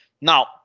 Now